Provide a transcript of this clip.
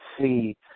see